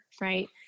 right